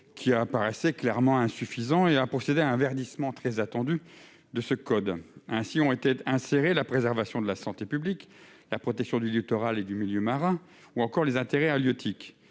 laquelle paraissait clairement insuffisante, et procède à un verdissement très attendu de ce code. Ont été insérés la préservation de la santé publique, la protection du littoral et du milieu marin ou encore les intérêts halieutiques.